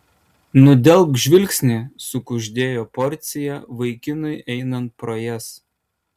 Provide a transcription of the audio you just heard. nudelbk žvilgsnį sukuždėjo porcija vaikinui einant pro jas